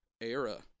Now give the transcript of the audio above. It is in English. era